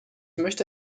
möchte